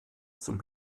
zum